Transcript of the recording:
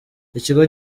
ikigo